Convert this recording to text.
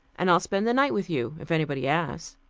and i'll spend the night with you, if anybody asks.